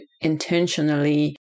intentionally